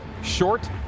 short